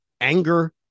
anger